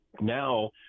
Now